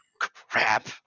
Crap